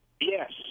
yes